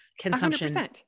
consumption